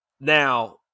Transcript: Now